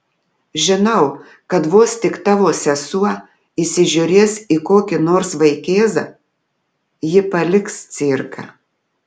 žinau kad vos tik tavo sesuo įsižiūrės į kokį nors vaikėzą ji paliks cirką